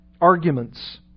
Arguments